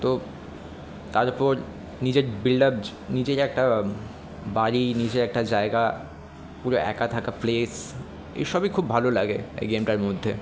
তো তারপর নিজের বিল্ড আপ নিজের একটা বাড়ি নিজের একটা জায়গা পুরো একা থাকা প্লেস এসবই খুব ভালো লাগে এই গেমটার মধ্যে